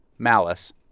Malice